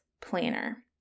Planner